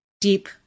deep